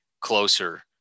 closer